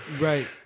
Right